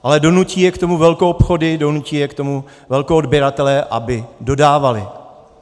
Ale donutí je k tomu velkoobchody, donutí je k tomu velkoodběratelé, aby dodávali.